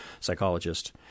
psychologist